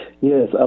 Yes